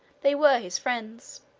they were his friends.